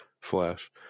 Flash